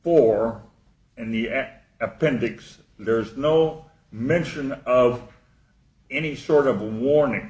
four and the act appendix there's no mention of any sort of warning